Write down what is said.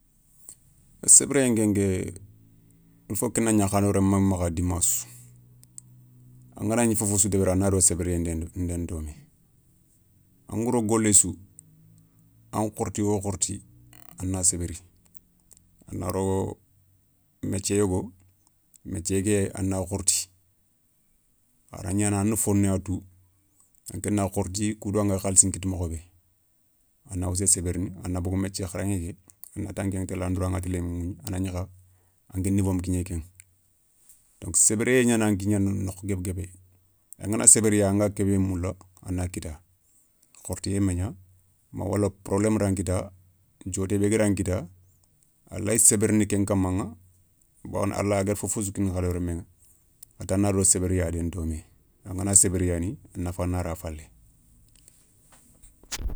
Sébériyen nkeke il fok ké na gna hadama remme makha dimassou, anganagni fofo sou deberini a na do seberiyé nde ndeni doome, anga ro golé sou, anga khorti wo khorti a na sébéri, a na ro métier yogo métier ké a na khorti araya gnana a na foné ya tu ana khorti ku do anga khalsi nkita mokho bé. a na wassé sébérini a na bogou métier kharaηé ké a na ta nkéηa télé a droi ηatelier ηugni a na gni kha an ké niveau ma kigné kéηa. Donc sébériyé gnana nkignana nokhou guébé guébé. Angana sébériyana anga ké bé moula a na kitta khortiyé magna bon wala probleme dan kitta, dioté bé ga dan kitta a lay sébérini ken kammaηa bawoni allah a ti gada fofo sou kini hadama remmeηa atana do sébériyé gna déni domé, angana sébériyani nafa nara falé.